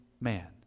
man